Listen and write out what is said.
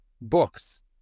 books